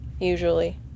usually